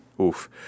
oof